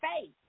faith